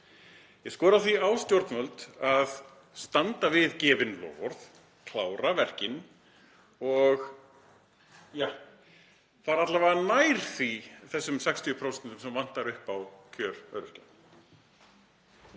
Ég skora því á stjórnvöld að standa við gefin loforð, klára verkin og ja, fara alla vega nær þessum 60% sem vantar upp á í kjörum öryrkja.